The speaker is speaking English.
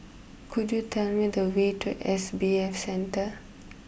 could you tell me the way to S B F Center